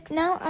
now